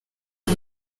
ngo